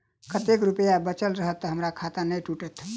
कतेक रुपया बचल रहत तऽ हम्मर खाता नै टूटत?